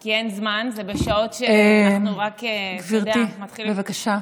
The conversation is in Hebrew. כי אין זמן, זה בשעות שאנחנו רק, גברתי, בבקשה.